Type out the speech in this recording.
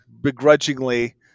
begrudgingly